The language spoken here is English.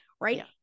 right